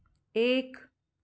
एक